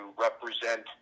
represent